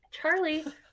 Charlie